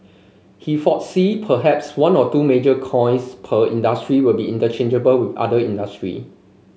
he foresee perhaps one or two major coins per industry will be interchangeable with other industry